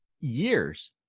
years